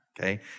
Okay